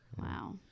Wow